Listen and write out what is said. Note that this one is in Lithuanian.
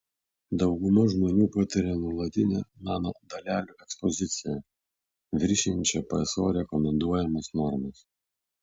dauguma žmonių patiria nuolatinę nanodalelių ekspoziciją viršijančią pso rekomenduojamas normas